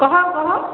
କହ କହ